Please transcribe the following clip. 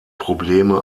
probleme